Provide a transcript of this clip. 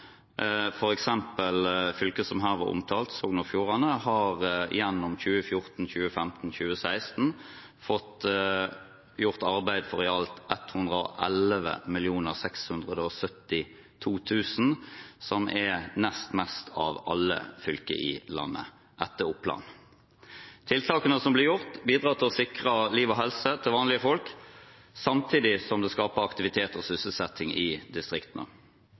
fylket som her var omtalt, Sogn og Fjordane, gjennom 2014, 2015 og 2016 fått gjort arbeid for i alt 111 672 000 kr, som er nest mest av alle fylker i landet, etter Oppland. Tiltakene som blir gjort, bidrar til å sikre liv og helse til vanlige folk, samtidig som det skaper aktivitet og sysselsetting i distriktene.